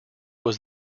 was